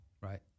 right